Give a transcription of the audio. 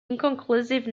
inconclusive